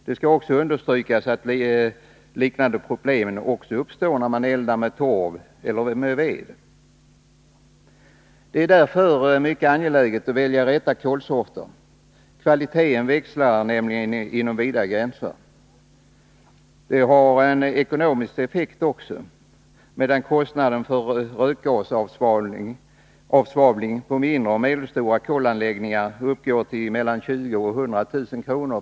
Det skall också understrykas att liknande problem uppstår också när man eldar med ved och torv. Det är mycket angeläget att välja rätt kolsorter. Kvaliteten växlar nämligen inom vida gränser. Detta har även en ekonomisk effekt. Medan kostnaden för rökgasavsvavling i mindre och medelstora kolanläggningar uppgår till mellan 20000 och 100000 kr.